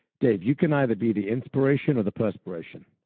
dave, you can either be the inspiration or the perspiration.